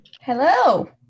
Hello